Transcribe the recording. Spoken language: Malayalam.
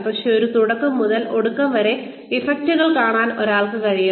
പക്ഷേ തുടക്കം മുതൽ ഒടുക്കം വരെ ഇഫക്റ്റുകൾ കാണാൻ ഒരാൾക്ക് കഴിയണം